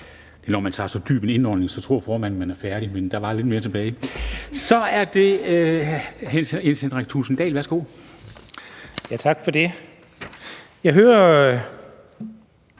Når man tager så dyb en indånding, så tror formanden, at man er færdig, men der var lidt mere tilbage. Så er det hr. Jens Henrik Thulesen Dahl. Værsgo. Kl. 10:34 Jens Henrik